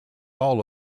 all